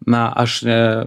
na aš ne